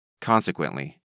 Consequently